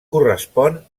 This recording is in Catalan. correspon